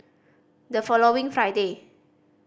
the following Friday